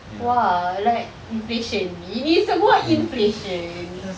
!wah! like inflation ini semua inflation